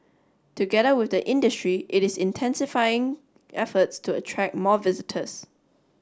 together with the industry it is intensifying efforts to attract more visitors